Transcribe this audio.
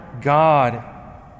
God